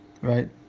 Right